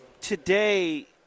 Today